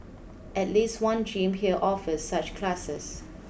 at least one gym here offers such classes